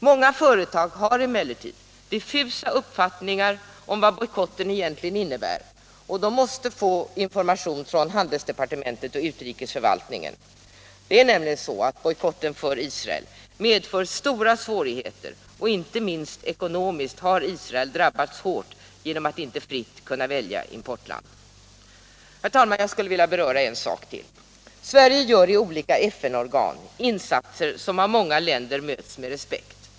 Många företag har emellertid diffusa uppfattningar om vad bojkotten egentligen innebär och de måste få information från handelsdepartementet och utrikesförvaltningen. Det är nämligen så att bojkotten för Israel medför stora svårigheter. Inte minst ekonomiskt har Israel drabbats hårt genom att inte fritt kunna välja importland. Herr talman! Jag skulle vilja beröra en sak till. Sverige gör i olika FN-organ insatser, som av många länder möts med respekt.